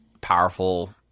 powerful